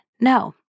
no